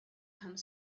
come